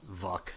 Vuck